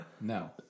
No